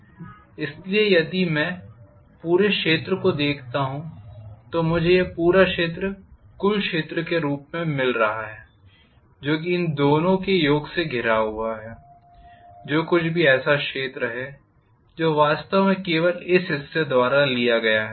इसलिए यदि मैं पूरे क्षेत्र को देखता हूं तो मुझे यह पूरा क्षेत्र कुल क्षेत्र के रूप में मिल रहा है जो कि इन दोनों के योग से घिरा हुआ है जो कुछ भी ऐसा क्षेत्र है जो वास्तव में केवल इस हिस्से द्वारा लिया गया है